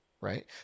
right